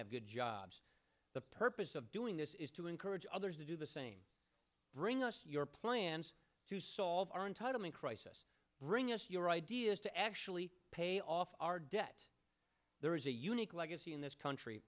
have good jobs the purpose of doing this is to encourage others to do the same bring us your plans to solve our entitlement crisis bring us your ideas to actually pay off our debt there is a unique legacy in this country